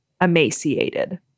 emaciated